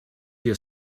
your